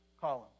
column